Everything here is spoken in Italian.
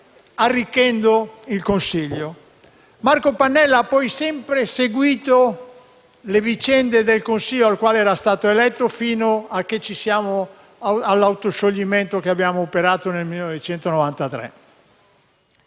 Marco Pannella ha poi sempre seguito le vicende del Consiglio nel quale era stato eletto fino all'autoscioglimento che abbiamo operato nel 1993.